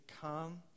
come